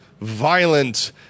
violent